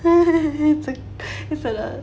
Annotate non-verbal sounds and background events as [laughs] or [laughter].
[laughs]